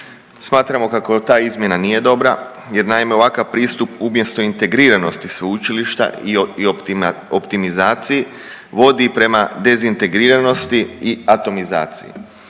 Smatramo kako ta izmjena nije dobra jer naime, ovakav pristup umjesto integriranosti sveučilišta i optimizaciji vodi prema dezintegriranosti i atomizaciji.